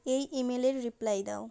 এই ইমেলের রিপ্লাই দাও